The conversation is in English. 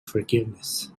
forgiveness